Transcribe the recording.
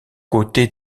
côtés